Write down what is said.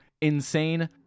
insane